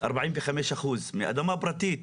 45% מאדמה פרטית,